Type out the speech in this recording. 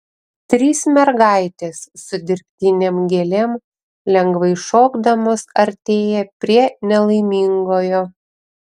trys mergaitės su dirbtinėm gėlėm lengvai šokdamos artėja prie nelaimingojo